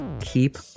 Keep